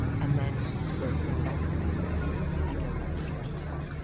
and then to go to the mailbox the next day and get another rejection letter.